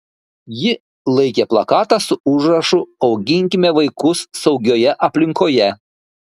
ji laikė plakatą su užrašu auginkime vaikus saugioje aplinkoje